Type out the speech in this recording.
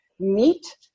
meet